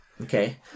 Okay